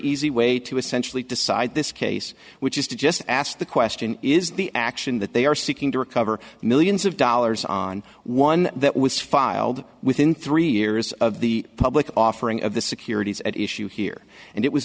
easy way to essentially decide this case which is to just ask the question is the action that they are seeking to recover millions of dollars on one that was filed within three years of the public offering of the securities at issue here and it was